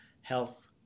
health